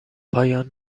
پایان